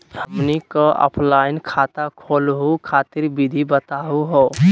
हमनी क ऑफलाइन खाता खोलहु खातिर विधि बताहु हो?